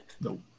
Nope